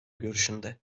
görüşünde